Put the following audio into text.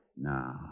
Now